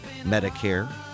Medicare